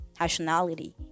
nationality